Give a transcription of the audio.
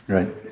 Right